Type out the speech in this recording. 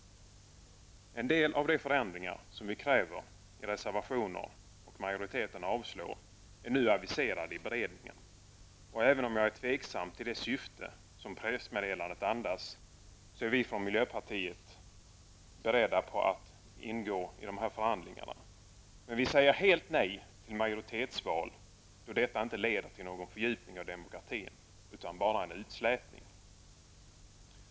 En del av de förändringar som vi kräver i reservationer och som majoriteten avstyrker är nu aviserade i beredningen. Även om jag är tveksam till det syfte som pressmeddelandet andas, är vi från miljöpartiet beredda att ingå i förhandlingarna. Men vi säger helt nej till majoritetsval, då detta inte leder till någon fördjupning av demokratin utan bara är en utslätning.